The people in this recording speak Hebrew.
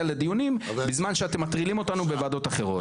לדיונים בזמן שאתם מטרילים אותנו בוועדות אחרות.